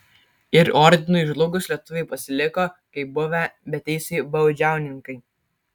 ir ordinui žlugus lietuviai pasiliko kaip buvę beteisiai baudžiauninkai